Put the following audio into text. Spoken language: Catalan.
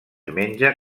menja